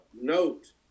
note